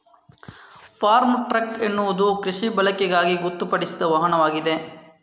form truck ಎನ್ನುವುದು ಕೃಷಿ ಬಳಕೆಗಾಗಿ ಗೊತ್ತುಪಡಿಸಿದ ವಾಹನವಾಗಿದೆ